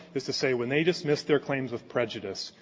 is to say when they dismissed their claims with prejudice,